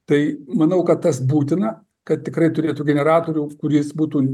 tai manau kad tas būtina kad tikrai turėtų generatorių kuris būtų